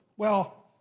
well,